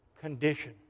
condition